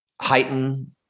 heighten